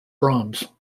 brahms